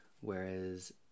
Whereas